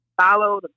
follow